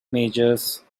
majors